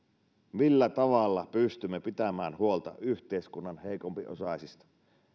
millä tavalla pystymme pitämään huolta yhteiskunnan heikompiosaisista